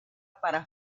para